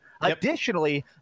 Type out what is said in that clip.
Additionally